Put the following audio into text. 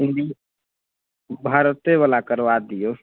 इण्डेन भारते बला करबा दिऔ